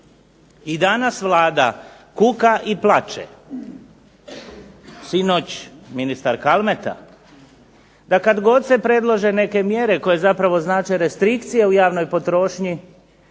I danas Vlada kuka i plače, sinoć ministar Kalmeta, da kad god se predlože neke mjere koje zapravo znače restrikcije u javnoj potrošnji